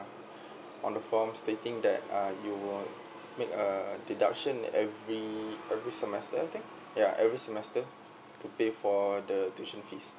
on the form stating that uh you'll make uh deduction every every semester I think ya every semester to pay for the tuition fees